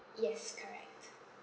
yes correct